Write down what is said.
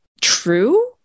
true